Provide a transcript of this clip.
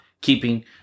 keeping